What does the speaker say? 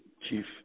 Chief